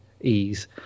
ease